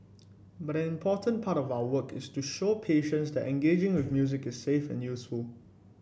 but an important part of our work is to show patients that engaging with music is safe and useful